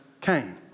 came